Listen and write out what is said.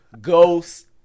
ghost